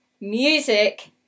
Music